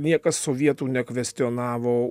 niekas sovietų nekvestionavo